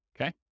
Okay